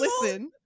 Listen